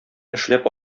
эшләп